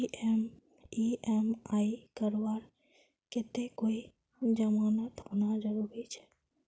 EMI करवार केते कोई जमानत होना जरूरी छे?